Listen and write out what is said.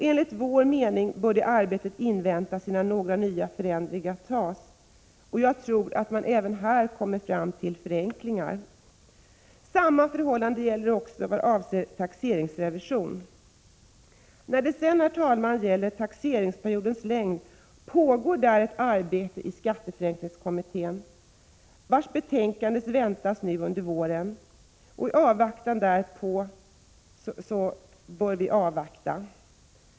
Enligt vår mening bör det arbetet inväntas innan några förändringar görs. Jag tror att man även här kommer fram till förenklingar. Samma förhållande gäller också i vad avser taxeringsrevision. Herr talman! När det gäller taxeringsperiodens längd pågår ett arbete i skatteförenklingskommittén, vars betänkande väntas nu under våren, och i avvaktan därpå bör ändringar anstå.